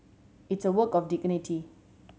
it's a work of dignity